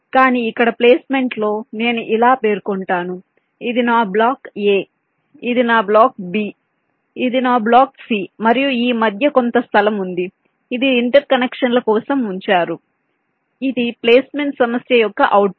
కానీ ఇక్కడ ప్లేస్మెంట్లో నేను ఇలా పేర్కొంటాను ఇది నా బ్లాక్ a ఇది నా బ్లాక్ b ఇది నా బ్లాక్ c మరియు ఈ మధ్య కొంత స్థలం ఉంది ఇది ఇంటర్ కనెక్షన్ల కోసం ఉంచారు ఇది ప్లేస్మెంట్ సమస్య యొక్క అవుట్పుట్